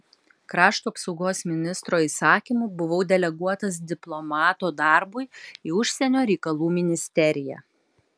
krašto apsaugos ministro įsakymu buvau deleguotas diplomato darbui į užsienio reikalų ministeriją